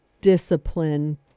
discipline